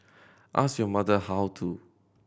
ask your mother how to